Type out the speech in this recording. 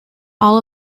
all